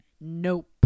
nope